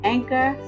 Anchor